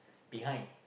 behind